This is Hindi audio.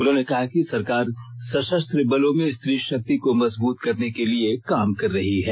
उन्होंने कहा कि सरकार सशस्त्र बलों में स्त्री शक्ति को मजबूत करने के लिए काम कर रही है